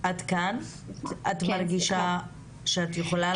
את מרגישה שאת יכולה לדבר?